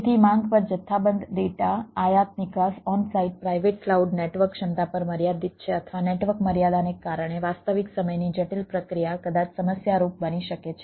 તેથી માંગ પર જથ્થાબંધ ડેટા આયાત નિકાસ on site private cloud network ક્ષમતા પર મર્યાદિત છે અથવા નેટવર્ક મર્યાદાને કારણે વાસ્તવિક સમયની જટિલ પ્રક્રિયા કદાચ સમસ્યારૂપ બની શકે છે